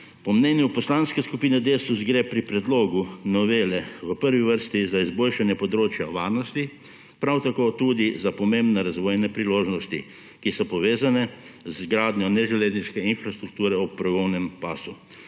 Po mnenju Poslanske skupine Desus gre pri predlogu novele v prvi vrsti za izboljšanje področja varnosti, prav tako tudi za pomembne razvojne priložnosti, ki so povezane z gradnjo neželezniške infrastrukture ob progovnem pasu.